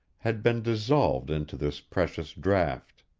had been dissolved into this precious draught.